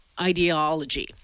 ideology